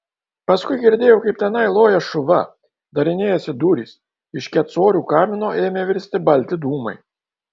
paskui girdėjau kaip tenai loja šuva darinėjasi durys iš kecorių kamino ėmė virsti balti dūmai